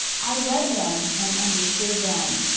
i read them and understood them.